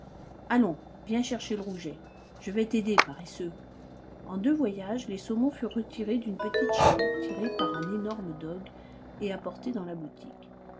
allons viens chercher le rouget je vais t'aider paresseux en deux voyages les saumons furent retirés d'une petite charrette tirée par un énorme dogue et apportés dans la boutique